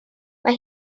mae